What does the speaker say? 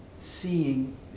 seeing